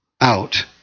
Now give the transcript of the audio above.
out